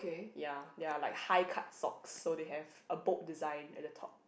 ya ya like high cut socks so they have a bolt design at the top